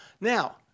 Now